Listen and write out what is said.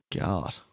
God